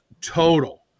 total